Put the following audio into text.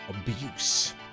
abuse